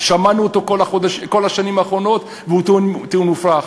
שמענו אותו כל השנים האחרונות והוא טיעון מופרך.